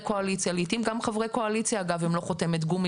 קואליציה כאשר לעתים גם חברי קואליציה הם לא חותמת גומי